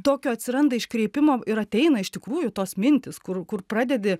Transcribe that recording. tokio atsiranda iškreipimo ir ateina iš tikrųjų tos mintys kur kur pradedi